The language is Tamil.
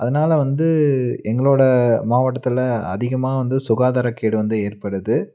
அதனால் வந்து எங்களோட மாவட்டத்தில் அதிகமாக வந்து சுகாதாரக் கேடு வந்து ஏற்படுது